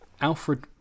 Alfred